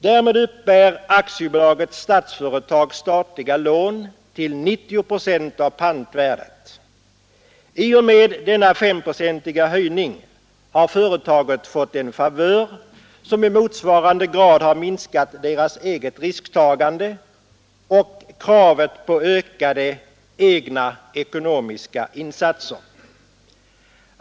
Därmed uppbär AB Stadsfastigheter statliga lån till 90 procent av pantvärdet. I och med denna S-procentiga höjning har företaget fått en favör som i motsvarande grad har minskat dess eget risktagande och kravet på ökade egna ekonomiska insatser.